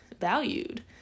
valued